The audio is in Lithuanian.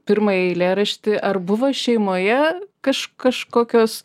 pirmąjį eilėraštį ar buvo šeimoje kaž kažkokios